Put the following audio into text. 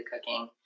cooking